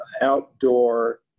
outdoor